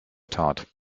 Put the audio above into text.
tat